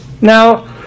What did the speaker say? Now